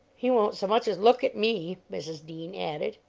he won't so much as look at me, mrs. dean added.